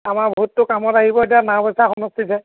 আমাৰ ভোটটো কামত আহিব এতিয়া নাওবৈচা সমষ্টিত হে